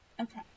okay